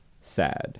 sad